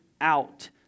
out